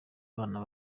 abana